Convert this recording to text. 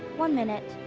one minute.